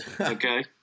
Okay